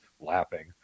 laughing